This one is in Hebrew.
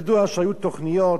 ידוע שהיו תוכניות